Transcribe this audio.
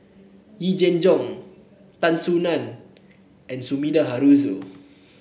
Yee Jenn Jong Tan Soo Nan and Sumida Haruzo